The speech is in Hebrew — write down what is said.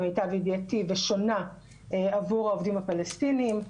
למיטב ידיעתי, בשונה עבור העובדים הפלסטינים,